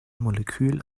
molekül